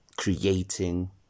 creating